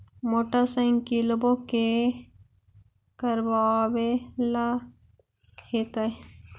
मोटरसाइकिलवो के करावे ल हेकै?